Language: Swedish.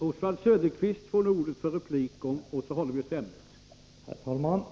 Oswald Söderqvist får nu ordet för replik, och så håller vi oss till ämnet.